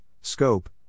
Scope